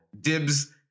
dibs